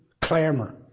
clamor